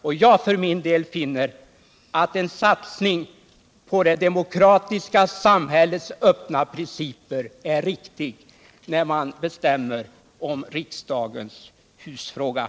Jag finner för min del att en satsning på det demokratiska samhällets öppna principer är riktig när man bestämmer om riksdagshusfrågan.